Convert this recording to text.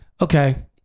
okay